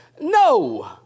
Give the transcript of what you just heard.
No